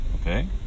Okay